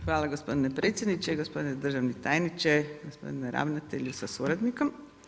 Hvala gospodine predsjedniče, gospodine državni tajniče, gospodine ravnatelju sa suradnikom.